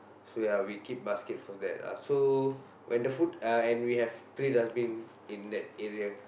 so ya we keep baskets for that ah so when the food uh and we have three dustbin in that area